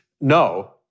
No